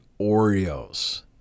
Oreos